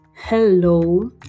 Hello